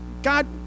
God